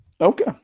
Okay